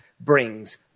brings